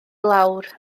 lawr